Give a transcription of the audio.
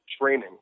training